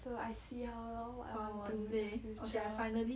so I see how loh what I will do with gel